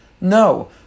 No